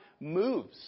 moves